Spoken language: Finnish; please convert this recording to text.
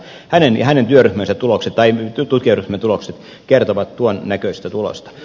hänen ja hänen tutkijaryhmänsä tulokset kertovat tuon näköistä tulosta